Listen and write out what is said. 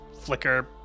flicker